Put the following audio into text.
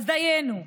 דיינו.